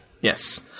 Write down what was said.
yes